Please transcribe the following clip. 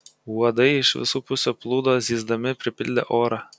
uodai iš visų pusių plūdo zyzdami pripildė orą